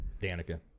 Danica